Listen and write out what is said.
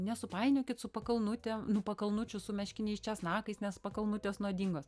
nesupainiokit su pakalnutėm nu pakalnučių su meškiniais česnakais nes pakalnutės nuodingos